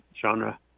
genre